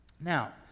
Now